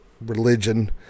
religion